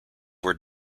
were